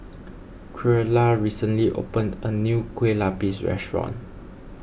Creola recently opened a new Kueh Lupis restaurant